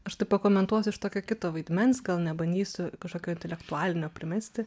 aš tai pakomentuosiu iš tokio kito vaidmens gal nebandysiu kažkokio intelektualinio primesti